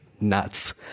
nuts